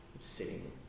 sitting